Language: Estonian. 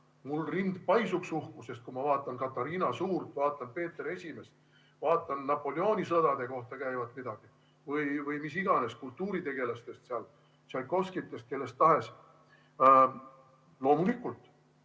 mul rind paisuks uhkusest, kui ma vaatan Katariina Suurt, vaatan Peeter Esimest, vaatan Napoleoni sõdade kohta käivaid filme või kultuuritegelastest, nagu Tšaikovskist või kellest tahes.